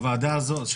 מחר.